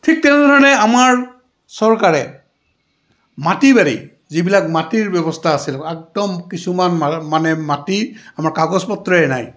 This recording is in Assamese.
ঠিক তেনেধৰণে আমাৰ চৰকাৰে মাটি বাৰী যিবিলাক মাটিৰ ব্যৱস্থা আছিল একদম কিছুমান মানে মাটিৰ আমাৰ কাগজ পত্ৰই নাই